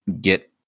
get